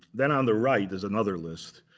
then on the right, there's another list.